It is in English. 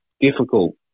difficult